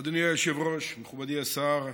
היושב-ראש, מכובדי השר,